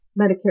Medicare